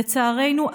לצערנו,